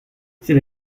c’est